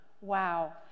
Wow